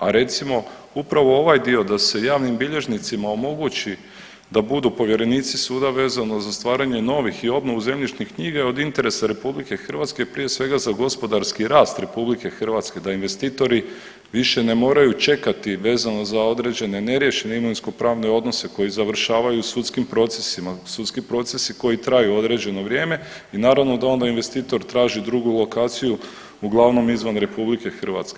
A recimo upravo ovaj dio da se javnim bilježnicima omogući da budu povjerenici suda vezano za stvaranje novih i obnovu zemljišnih knjiga je od interesa RH prije svega za gospodarski rast RH da investitori više ne moraju čekati vezano za određene neriješene imovinskopravne odnose koji završavaju sudskim procesima, sudski procesi koji traju određeno vrijeme i naravno da onda investitor traži drugu lokaciju uglavnom izvan RH.